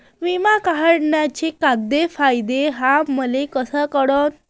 बिमा काढाचे कोंते फायदे हाय मले कस कळन?